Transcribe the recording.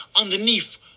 underneath